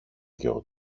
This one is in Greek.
γιο